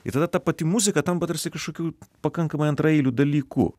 ir tada ta pati muzika tampa tarsi kažkokiu pakankamai antraeiliu dalyku